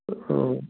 ꯍꯣꯏ ꯍꯣꯏ